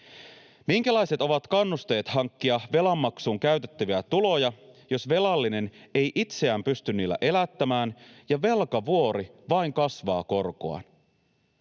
Minkälaiset ovat kannusteet hankkia velanmaksuun käytettäviä tuloja, jos velallinen ei itseään pysty niillä elättämään ja velkavuori vain kasvaa korkoaan?